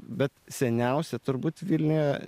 bet seniausia turbūt vilniuje